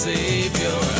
Savior